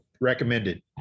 recommended